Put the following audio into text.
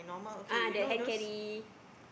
ah the hand carry